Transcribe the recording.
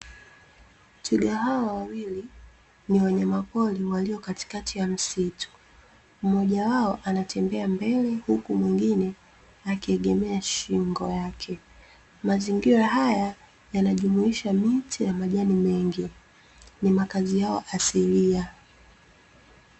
Twiga hawa wawili ni wanyama pori walio katikati ya msitu, mmoja wao anatembea mbele na mwingine akiegemea shingo yake, mazingira haya yanajumuisha mti na majani mengi, ni makazi yao asilia.